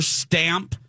stamp